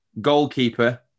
Goalkeeper